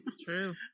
True